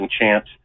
chance